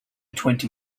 twenty